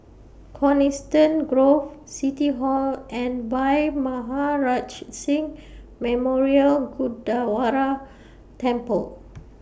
Coniston Grove City Hall and Bhai Maharaj Singh Memorial Temple